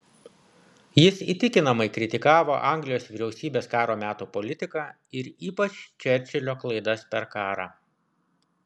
jis įtikinamai kritikavo anglijos vyriausybės karo meto politiką ir ypač čerčilio klaidas per karą